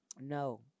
No